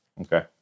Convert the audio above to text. Okay